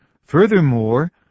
Furthermore